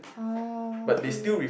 oh okay